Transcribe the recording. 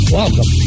welcome